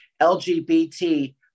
LGBT